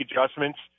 adjustments